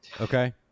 okay